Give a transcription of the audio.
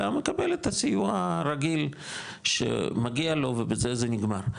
אלא מקבל את הסיוע הרגיל שמגיע לו ובזה זה נגמר,